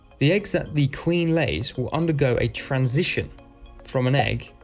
the eggs that the queen lays will undergo a transition from an egg,